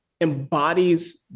embodies